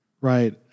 right